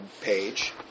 page